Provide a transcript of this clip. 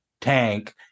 tank